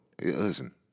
Listen